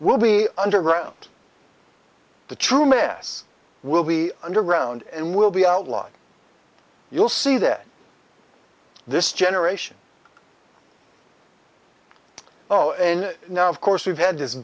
will be underground the true mass will be underground and will be outlawed you'll see that this generation oh and now of course we've had this